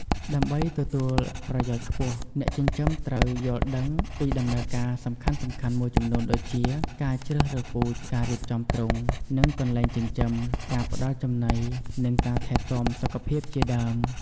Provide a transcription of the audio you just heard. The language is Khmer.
ដើម្បីទទួលប្រយោជន៍ខ្ពស់ អ្នកចិញ្ចឹមត្រូវយល់ដឹងពីដំណើរការសំខាន់ៗមួយចំនួនដូចជា ការជ្រើសរើសពូជ ការរៀបចំទ្រុង និងកន្លែងចិញ្ចឹម ការផ្តល់ចំណី និងការថែទាំសុខភាពជាដើម។